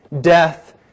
death